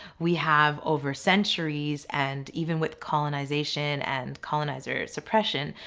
we have over centuries, and even with colonization and colonizers suppression,